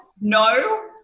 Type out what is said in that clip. no